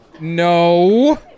No